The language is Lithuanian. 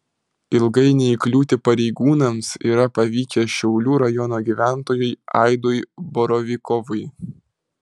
ilgai neįkliūti pareigūnams yra pavykę šiaulių rajono gyventojui aidui borovikovui